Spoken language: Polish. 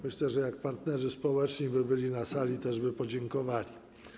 Myślę, że gdyby partnerzy społeczni byli na sali, też by podziękowali.